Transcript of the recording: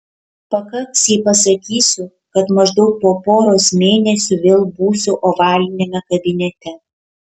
pakaks jei pasakysiu kad maždaug po poros mėnesių vėl būsiu ovaliniame kabinete